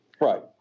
Right